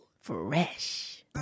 Fresh